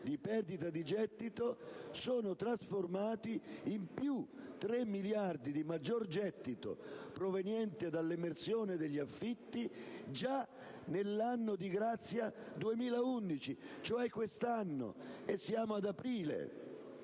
di perdita di gettito sono trasformati in più 3 miliardi di maggior gettito, proveniente dall'emersione degli affitti, già nell'anno di grazia 2011, cioè quest'anno, e siamo ad aprile!